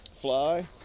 Fly